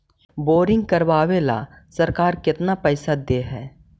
Boring करबाबे ल सरकार केतना पैसा दे है?